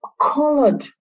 colored